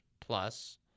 plus